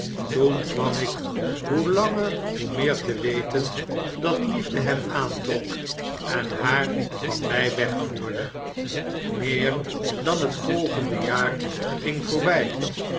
toen kwam ik hoe langer hoe meer te weten dat liefde hem aantrok en haar van mij wegvoerde meer dan het volgende jaar ging voorbij